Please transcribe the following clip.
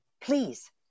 please